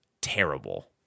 terrible